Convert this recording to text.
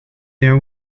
their